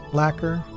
lacquer